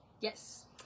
Yes